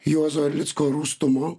juozo erlicko rūstumo